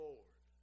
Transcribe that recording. Lord